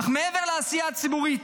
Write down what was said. אך מעבר לעשייה הציבורית,